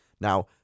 Now